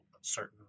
certain